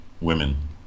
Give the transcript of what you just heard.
women